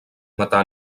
matar